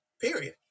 period